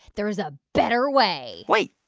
there is a better way wait,